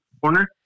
Corner